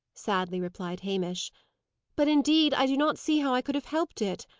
sadly replied hamish but, indeed, i do not see how i could have helped it.